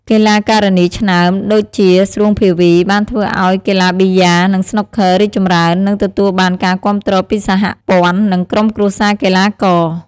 កីឡាការិនីឆ្នើម ដូចជា ស្រួង ភាវី បានធ្វើឲ្យកីឡាប៊ីយ៉ា និងស្នូកឃ័ររីកចម្រើន និងទទួលបានការគាំទ្រពីសហព័ន្ធ និងក្រុមគ្រួសារកីឡាករ។